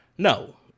No